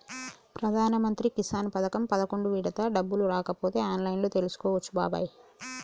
ప్రధానమంత్రి కిసాన్ పథకం పదకొండు విడత డబ్బులు రాకపోతే ఆన్లైన్లో తెలుసుకోవచ్చు బాబాయి